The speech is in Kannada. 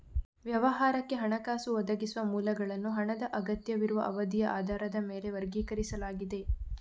ವ್ಯವಹಾರಕ್ಕೆ ಹಣಕಾಸು ಒದಗಿಸುವ ಮೂಲಗಳನ್ನು ಹಣದ ಅಗತ್ಯವಿರುವ ಅವಧಿಯ ಆಧಾರದ ಮೇಲೆ ವರ್ಗೀಕರಿಸಲಾಗಿದೆ